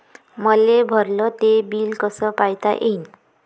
मले भरल ते बिल कस पायता येईन?